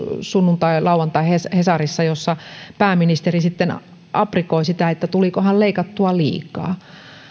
sunnuntain vai lauantain hesarissa kun pääministeri sitten aprikoi sitä että tulikohan leikattua liikaa